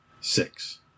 Six